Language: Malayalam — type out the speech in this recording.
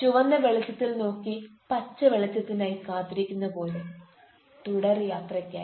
ചുവന്ന വെളിച്ചത്തിൽ നോക്കി പച്ച വെളിച്ചത്തിനായി കാത്തിരിക്കുന്ന പോലെ തുടർ യാത്രക്കായി